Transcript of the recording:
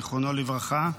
זיכרונו לברכה.